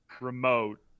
remote